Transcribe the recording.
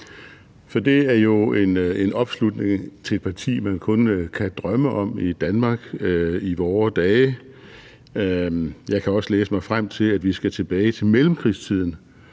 Så det er jo en opslutning til et parti, man kun kan drømme om i Danmark i vore dage. Jeg kan også læse mig frem til, at vi skal tilbage til mellemkrigstiden